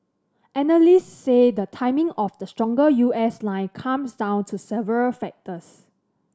analysts say the timing of the stronger U S line comes down to several factors